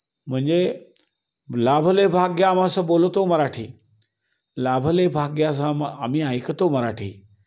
म्हणजे लाभले भाग्य आम्हास बोलतो मराठी लाभले भाग्य आम्हास आम्ही ऐकतो मराठी